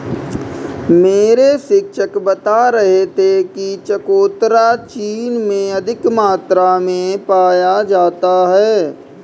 मेरे शिक्षक बता रहे थे कि चकोतरा चीन में अधिक मात्रा में पाया जाता है